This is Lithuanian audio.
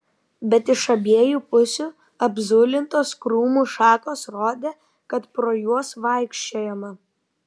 bet iš abiejų pusių apzulintos krūmų šakos rodė kad pro juos vaikščiojama